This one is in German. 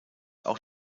auch